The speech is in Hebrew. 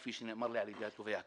כפי שנאמר לי על-ידי התובע הכללי.